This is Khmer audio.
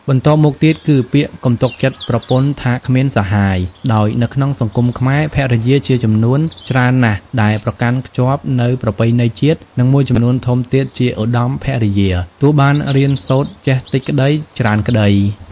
បន្ទាប់់មកទៀត គឺពាក្យកុំទុកចិត្តប្រពន្ធថាគ្មានសាហាយ ដោយនៅក្នុងសង្គមខ្មែរ ភរិយាជាចំនួនច្រើនណាស់ដែលប្រកាន់ខ្ជាប់នូវប្រពៃណីជាតិ និងមួយចំនួនធំទៀតជាឧត្ដមភរិយា ទោះបានរៀនសូត្រចេះតិចក្ដី ច្រើនក្ដី ។